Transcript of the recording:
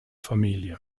familie